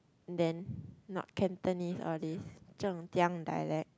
then not Cantonese all these dialect